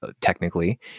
technically